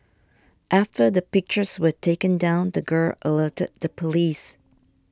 after the pictures were taken down the girl alerted the police